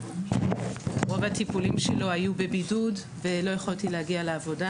רוב הטיפולים שלו היו בבידוד ולא יכולתי להגיע לעבודה,